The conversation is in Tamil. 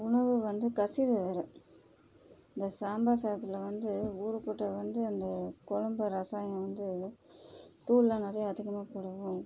உணவு வந்து கசிவு வேறு இந்த சாம்பார் சாதத்தில் வந்து ஊர் கூட்ட வந்து அந்த குழம்பு ரசாயம் வந்து தூள்லாம் நிறைய அதிகமாக போடவும்